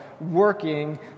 working